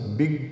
big